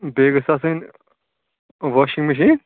بیٚیہِ گٔژھِ آسٕنۍ واشِنٛگ مِشیٖن